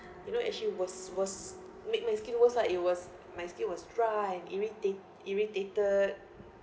you know actually was was make my skin worse lah it was my skin was dry irritate irritated